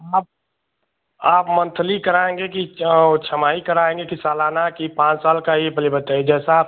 आप आप मन्थली कराएँगे कि छमाही कराएँगे कि सालाना कि पाँच साल का यह पहिले बताइए जैसा आप